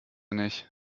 nicht